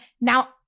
Now